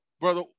Brother